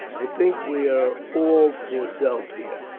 i think we are all for self here,